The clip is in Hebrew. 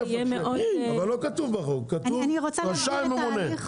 אבל זה לא כתוב בחוק, כתוב 'רשאי הממונה'.